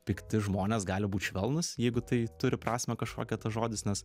pikti žmonės gali būt švelnūs jeigu tai turi prasmę kažkokią tas žodis nes